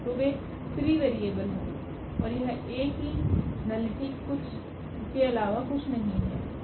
तो वे free variables होंगे और यह A की नलिटी केअलावाकुछ नहीं है